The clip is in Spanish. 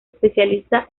especializa